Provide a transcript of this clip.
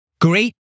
great